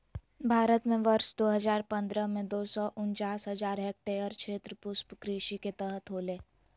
भारत में वर्ष दो हजार पंद्रह में, दो सौ उनचास हजार हेक्टयेर क्षेत्र पुष्पकृषि के तहत होले